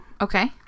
Okay